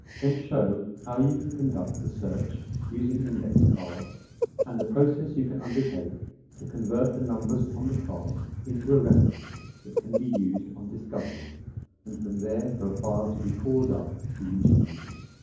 then show how you can conduct a search using index cards and the process you can undertake to convert the numbers on the cards into a reference that can be used on discovery and from there for a file to be called up for you to use.